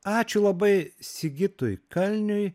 ačiū labai sigitui kalniui